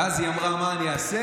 ואז היא אמרה: מה אני אעשה?